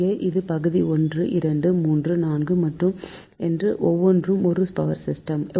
இங்கே இது பகுதி 1 பகுதி 2 பகுதி 3 பகுதி 4 மற்றும் இது ஒவ்வொன்றும் ஒரு பவர் சிஸ்டம்